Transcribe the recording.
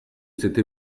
cette